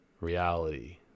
Reality